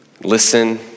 listen